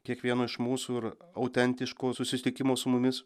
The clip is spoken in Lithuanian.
kiekvieno iš mūsų ir autentiškų susitikimų su mumis